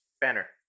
Banner